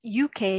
UK